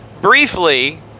briefly